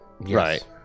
Right